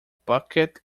bucket